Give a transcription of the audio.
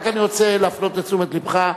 אני רק רוצה להפנות לתשומת לבך,